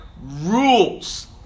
rules